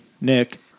Nick